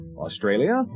Australia